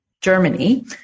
Germany